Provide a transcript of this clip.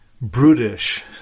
brutish